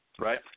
right